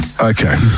okay